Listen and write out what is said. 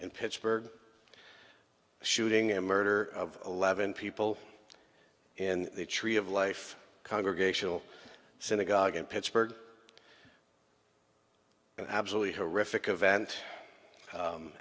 in pittsburgh shooting a murder of eleven people in the tree of life congregational synagogue in pittsburgh an absolutely horrific event